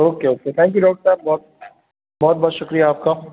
okay okay thank you doctor صاحب بہت بہت بہت شکریہ آپ کا